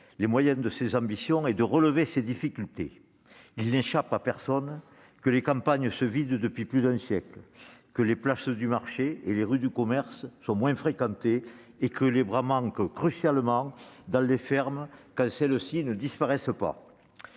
les moyens de ses ambitions et de relever ses difficultés. Il n'échappe à personne que les campagnes se vident depuis plus d'un siècle, que les « places du marché » et les « rues du commerce » sont moins fréquentées, et que les bras manquent dans les fermes, quand celles-ci ne disparaissent pas.